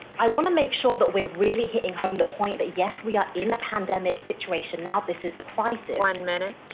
i want to make sure that we're really hitting home the point that yes, we are in a pandemic situation now, this is a crisis. one minute.